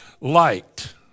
light